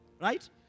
Right